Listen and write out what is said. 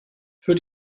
für